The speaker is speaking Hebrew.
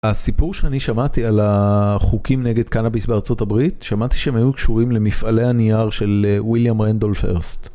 הסיפור שאני שמעתי על החוקים נגד קאנביס בארה״ב, שמעתי שהם היו קשורים למפעלי הנייר של וויליאם רנדול פרסט.